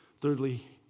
Thirdly